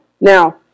Now